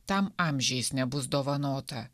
tam amžiais nebus dovanota